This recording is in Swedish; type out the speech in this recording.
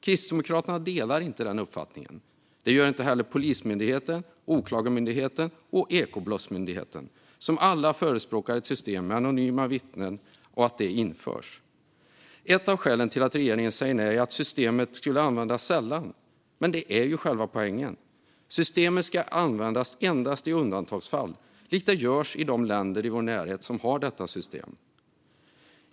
Kristdemokraterna delar inte den uppfattningen. Det gör inte heller Polismyndigheten, Åklagarmyndigheten och Ekobrottsmyndigheten, som alla förespråkar att ett system med anonyma vittnen införs. Ett av skälen till att regeringen säger nej är att systemet skulle användas sällan. Men det är ju själva poängen. Systemet ska användas endast i undantagsfall likt det görs i de länder i vår närhet som har detta system.